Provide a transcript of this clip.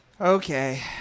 Okay